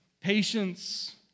patience